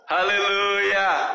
Hallelujah